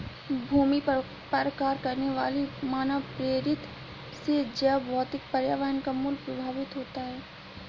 भूमि पर कार्य करने वाली मानवप्रेरित से जैवभौतिक पर्यावरण का मूल्य प्रभावित होता है